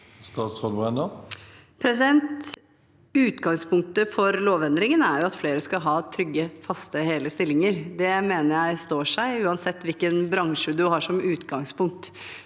Statsråd Tonje Brenna Utgangspunktet for lovendringen er at flere skal ha trygge, faste, hele stillinger, og det mener jeg står seg uansett hvilken bransje man har som utgangspunkt.